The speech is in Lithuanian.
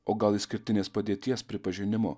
o gal išskirtinės padėties pripažinimo